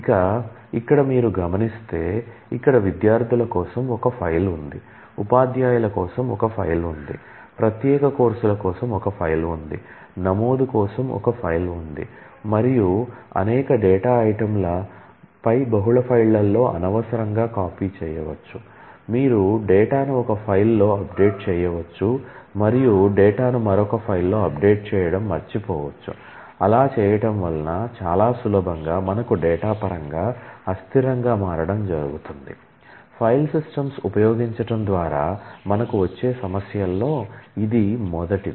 ఇక ఇక్కడ మీరు గమనిస్తే ఇక్కడ విద్యార్థుల కోసం ఒక ఫైల్ ఉంది ఉపాధ్యాయుల కోసం ఒక ఫైల్ ఉంది ప్రత్యేక కోర్సుల కోసం ఒక ఫైల్ ఉంది నమోదు కోసం ఒక ఫైల్ ఉంది మరియు అనేక డేటా ఐటెమ్ల చేయవచ్చు మరియు డేటాను మరొక ఫైల్లో అప్డేట్ చేయడం మర్చిపోవచ్చు అలా చేయటం వలన చాలా సులభంగా మనకు డేటా పరంగా అస్థిరంగా మారడం జరుగుతుంది ఫైల్ సిస్టమ్స్ ఉపయోగించటం ద్వారా మనకు వచ్చే సమస్యల్లో ఇది మొదటిది